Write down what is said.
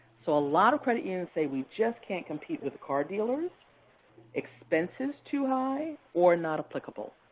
so a lot of credit unions say, we just can't compete with car dealers expense is too high or not applicable.